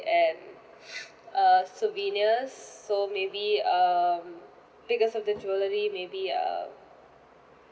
and err souvenirs so maybe um because of the jewellery maybe uh